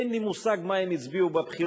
אין לי מושג מה הם הצביעו בבחירות.